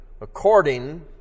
according